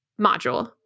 module